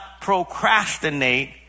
procrastinate